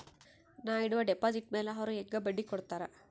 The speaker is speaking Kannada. ನಾ ಇಡುವ ಡೆಪಾಜಿಟ್ ಮ್ಯಾಲ ಅವ್ರು ಹೆಂಗ ಬಡ್ಡಿ ಕೊಡುತ್ತಾರ?